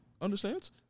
understands